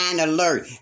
alert